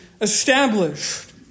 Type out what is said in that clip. established